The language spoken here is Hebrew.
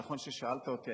נכון ששאלת אותי,